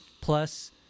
plus